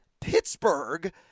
Pittsburgh